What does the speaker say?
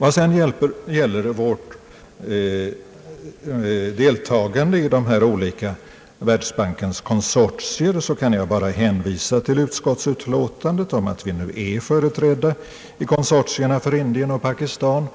Beträffande vårt deltagande i Världsbankens olika konsortier kan jag bara hänvisa till utskottsutlåtandet att vi nu är företrädda i konsortierna för Indien och Pakistan.